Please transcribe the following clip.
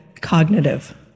cognitive